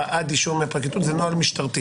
עד אישור מהפרקליטות זה נוהל משטרתי